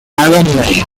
alumni